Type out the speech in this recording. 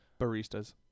baristas